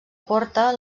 porta